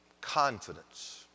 confidence